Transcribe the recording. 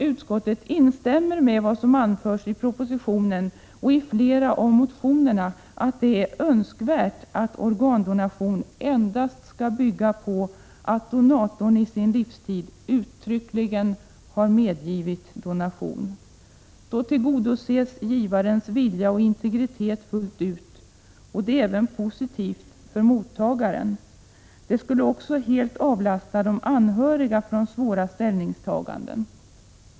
Utskottet instämmer i vad som anförs i propositionen och i flera av motionerna, nämligen att det är önskvärt att organdonation endast skall ske om donatorn i sin livstid uttryckligen medgivit donation. Då tillgodoses givarens vilja och önskemål om integritet fullt ut. Det är även positivt för mottagaren. Det skulle också helt avlasta de anhöriga från svåra ställningstaganden.